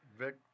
Vic